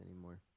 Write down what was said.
anymore